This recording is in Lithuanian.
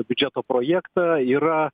biudžeto projektą yra